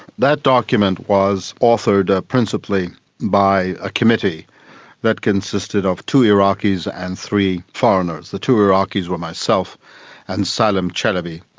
that document was authored ah principally by a committee that consisted of two iraqis and three foreigners. the two iraqis were myself and salem chalabi,